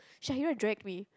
Shahirah dragged me